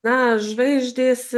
na žvaigždės